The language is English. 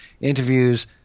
interviews